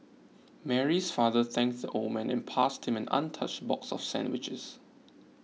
Mary's father thanked the old man and passed him an untouched box of sandwiches